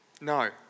No